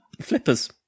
flippers